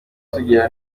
tugira